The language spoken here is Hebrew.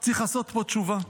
צריך לעשות פה תשובה?